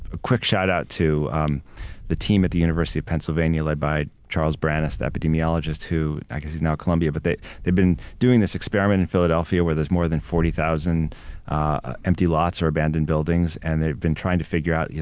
a quick shout out to um the team at the university of pennsylvania led by charles branas, epidemiologist who, i guess he's now at columbia, but they've they've been doing this experiment in philadelphia where there's more than forty thousand empty lots or abandoned buildings, and they've been trying to figure out, yeah